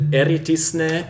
eritisne